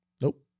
Nope